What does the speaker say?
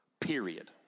Period